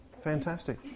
fantastic